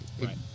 Right